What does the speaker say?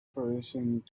producing